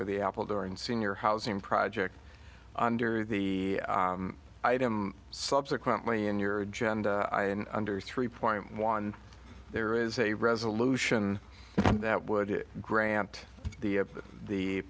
with the apple during senior housing project under the item subsequently in your agenda and under three point one there is a resolution that would grant the